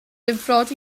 difrod